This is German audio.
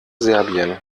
serbien